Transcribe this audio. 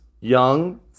young-